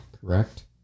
Correct